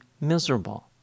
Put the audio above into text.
miserable